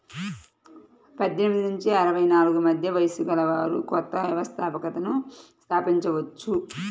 పద్దెనిమిది నుంచి అరవై నాలుగు మధ్య వయస్సు గలవారు కొత్త వ్యవస్థాపకతను స్థాపించవచ్చు